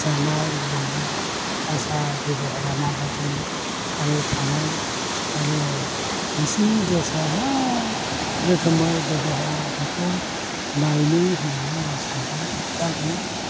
जानाय लोंनाय आसा बेबहारा माबायदि आरो थानाय आरो बिसोरनि देसाव मा रोखोमै बेबहार बेखौ नायनो होननानै आं सानदोंमोन दा गैया